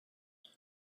and